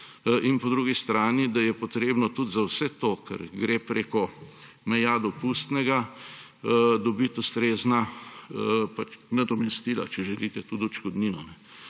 In po drugi strani, da je potrebno tudi za vse to, kar gre preko meja dopustnega, dobiti ustrezna pač nadomestila, če želite, tudi odškodnino.